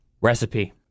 Recipe